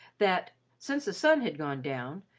that, since the sun had gone down,